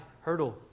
hurdle